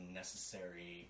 necessary